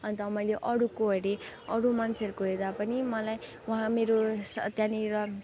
अन्त मैले अरूको हेरेँ अरू मान्छेहरूको हेर्दा पनि मलाई उहाँ मेरो स त्यहाँनिर